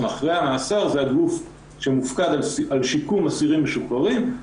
אחרי המאסר זה הגוף שמופקד על שיקום אסירים משוחררים,